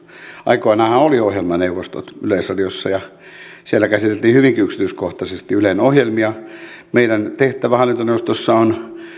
aikoinaanhan oli ohjelmaneuvostot yleisradiossa ja siellä käsiteltiin hyvinkin yksityiskohtaisesti ylen ohjelmia meidän tehtävämme hallintoneuvostossa on